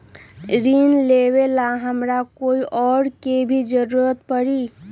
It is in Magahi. ऋन लेबेला हमरा कोई और के भी जरूरत परी?